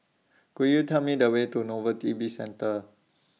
Could YOU Tell Me The Way to Novelty Bizcentre